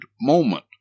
moment